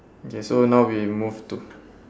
okay so now we move to